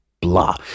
Blah